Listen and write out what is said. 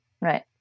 Right